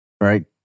right